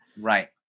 Right